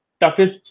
toughest